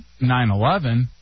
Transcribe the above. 9-11